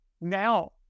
now